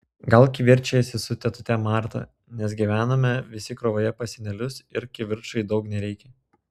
gal kivirčijasi su tetute marta nes gyvename visi krūvoje pas senelius ir kivirčui daug nereikia